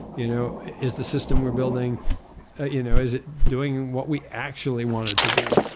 you know, is the system we're building ah you know is it doing what we actually want it to do?